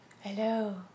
Hello